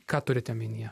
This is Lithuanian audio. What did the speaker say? ką turite omenyje